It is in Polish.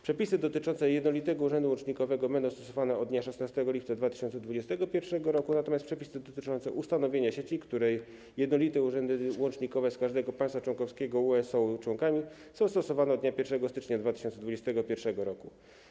Przepisy dotyczące jednolitego urzędu łącznikowego będą stosowane od dnia 16 lipca 2021 r., natomiast przepisy dotyczące ustanowienia sieci, której jednolite urzędy łącznikowe z każdego państwa członkowskiego UE są członkami, są stosowane od dnia 1 stycznia 2021 r.